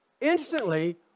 instantly